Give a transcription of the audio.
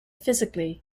physically